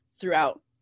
throughout